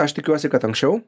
aš tikiuosi kad anksčiau